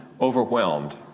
overwhelmed